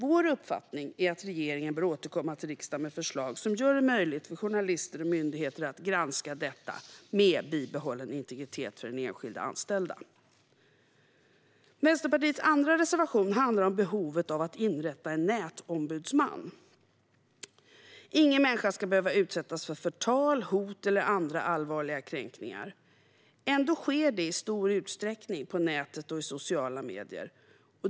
Vår uppfattning är att regeringen bör återkomma till riksdagen med förslag som gör det möjligt för journalister och myndigheter att granska detta med bibehållen integritet för den enskilda anställda. Vänsterpartiets andra reservation handlar om behovet av att inrätta en nätombudsman. Ingen människa ska behöva utsättas för förtal, hot eller andra allvarliga kränkningar. Ändå sker det i stor utsträckning på nätet och i sociala medier.